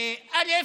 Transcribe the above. א.